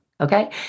Okay